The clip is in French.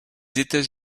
états